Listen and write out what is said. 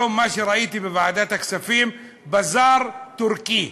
למה שראיתי היום בוועדת הכספים, בזאר טורקי.